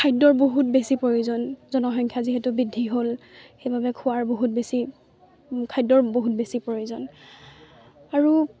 খাদ্যৰ বহুত বেছি প্ৰয়োজন জনসংখ্যা যিহেতু বৃদ্ধি হ'ল সেইবাবে খোৱাৰ বহুত বেছি খাদ্যৰ বহুত বেছি প্ৰয়োজন আৰু